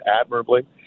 admirably